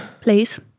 Please